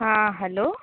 हा हलो